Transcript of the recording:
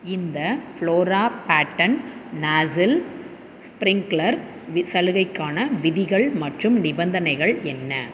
இந்த flora pattern nozzle sprinkler சலுகைக்கான விதிகள் மற்றும் நிபந்தனைகள் என்ன